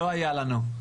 לא היה לנו.